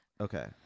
Okay